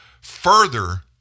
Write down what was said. further